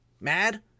mad